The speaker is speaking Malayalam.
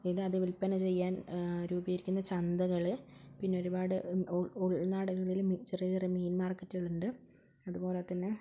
പിന്നെ അത് വിൽപ്പന ചെയ്യാൻ രൂപീകരിക്കുന്ന ചന്തകള് പിന്നൊരുപാട് ഉൾ ഉൾ ഉൾനാടൻ രീതികളില് ചെറിയ ചെറിയ മീൻ മാർക്കറ്റുകളുണ്ട് അതുപോലെത്തന്നെ